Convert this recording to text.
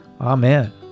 Amen